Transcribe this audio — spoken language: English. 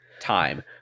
time